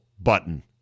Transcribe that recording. button